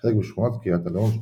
חלק משכונת קריית הלאום.